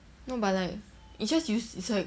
no but like it's just use it's like